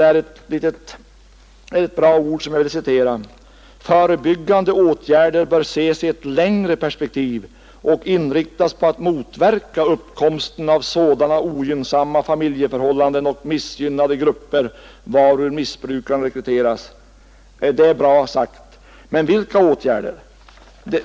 Där finns några ord som jag vill återge: Förebyggande åtgärder bör ses i ett längre perspektiv och inriktas på att motverka uppkomsten av sådana ogynnsamma familjeförhållanden och missgynnade grupper varur missbruk kan rekryteras. Det är bra sagt, men vilka åtgärder skall vidtas?